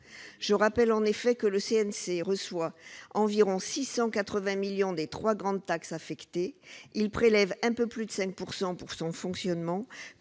Je rappelle que le CNC reçoit environ 680 millions d'euros des trois grandes taxes affectées et prélève un peu plus de 5 % pour son fonctionnement,